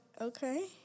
Okay